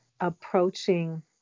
approaching